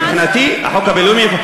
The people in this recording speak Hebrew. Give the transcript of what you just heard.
מבחינתי, החוק הבין-לאומי.